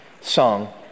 song